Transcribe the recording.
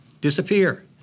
disappear